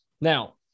Now